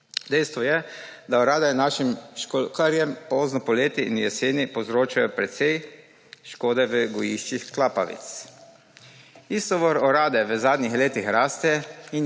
Dejstvo je, da orade našim školjkarjem pozno poleti in jeseni povzročajo precej škode v gojiščih klapavic. Iztovor orade v zadnjih letih raste